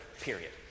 period